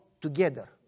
together